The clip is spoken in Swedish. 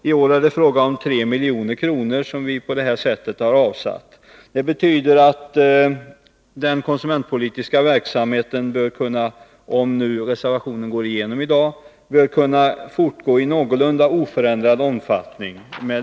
I år är det fråga om 3 milj.kr. Om reservationen bifalls, bör, med detta påslag på 3 milj.kr., den konsumentpolitiska verksamheten kunna fortgå i någorlunda oförändrad omfattning.